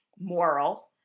moral